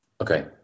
Okay